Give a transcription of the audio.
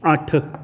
अट्ठ